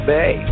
Bay